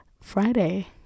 Friday